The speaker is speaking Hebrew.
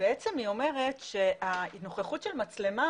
בעצם היא אומרת שהנוכחות של מצלמה